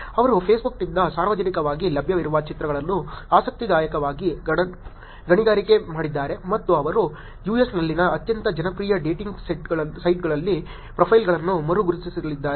ಅವರು ಫೇಸ್ಬುಕ್ನಿಂದ ಸಾರ್ವಜನಿಕವಾಗಿ ಲಭ್ಯವಿರುವ ಚಿತ್ರಗಳನ್ನು ಆಸಕ್ತಿದಾಯಕವಾಗಿ ಗಣಿಗಾರಿಕೆ ಮಾಡಿದ್ದಾರೆ ಮತ್ತು ಅವರು ಯುಎಸ್ನಲ್ಲಿನ ಅತ್ಯಂತ ಜನಪ್ರಿಯ ಡೇಟಿಂಗ್ ಸೈಟ್ಗಳಲ್ಲಿ ಪ್ರೊಫೈಲ್ಗಳನ್ನು ಮರು ಗುರುತಿಸಲಿದ್ದಾರೆ